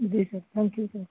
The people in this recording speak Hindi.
ji sir thank you sir